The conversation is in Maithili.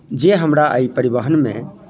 जे हमरा एहि परिवहनमे